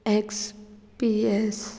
X P S